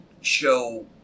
show